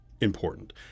important